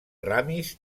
ramis